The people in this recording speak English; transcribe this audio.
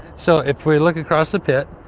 so if we're looking across the pit,